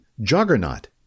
juggernaut